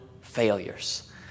failures